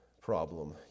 problem